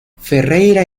ferreira